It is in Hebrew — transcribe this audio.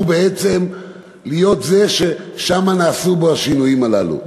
בעצם להיות זה שנעשו בו השינויים הללו.